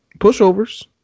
pushovers